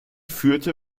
führte